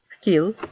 skill